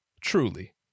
Truly